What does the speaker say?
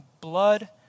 Blood